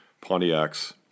Pontiac's